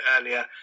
earlier